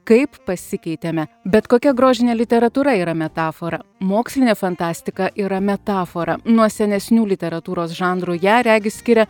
kaip pasikeitėme bet kokia grožinė literatūra yra metafora mokslinė fantastika yra metafora nuo senesnių literatūros žanrų ją regis skiria